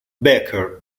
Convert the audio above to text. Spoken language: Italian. baker